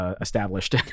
established